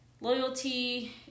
Loyalty